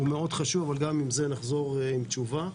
אבל גם בעניין זה נחזור עם תשובה.